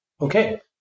Okay